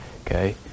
okay